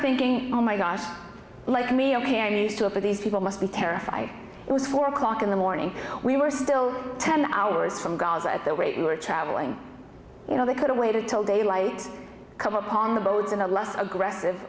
thinking oh my gosh like me ok i'm used to it but these people must be terrified it was four o'clock in the morning we were still ten hours from gaza at the rate we were traveling you know they could've waited till daylight come upon the roads in a less aggressive